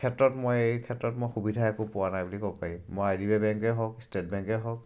ক্ষেত্ৰত মই এই ক্ষেত্ৰত মই সুবিধা একো পোৱা নাই বুলি ক'ব পাৰিম মই আই ডি বি আই বেংকেই হওক ষ্টেট বেংকেই হওক